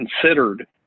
considered